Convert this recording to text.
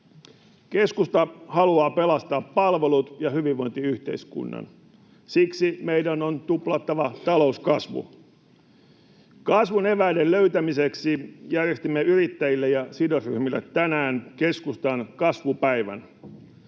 Keskusta haluaa pelastaa palvelut ja hyvinvointiyhteiskunnan. Siksi meidän on tuplattava talouskasvu. Kasvun eväiden löytämiseksi järjestimme yrittäjille ja sidosryhmille tänään Keskustan kasvupäivän.